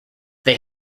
they